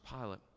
Pilate